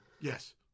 yes